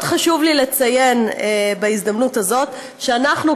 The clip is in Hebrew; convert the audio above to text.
מאוד חשוב לי לציין בהזדמנות הזאת שאנחנו,